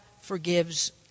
forgives